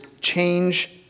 change